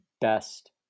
best